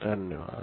धन्यवाद्